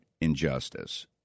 injustice